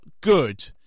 good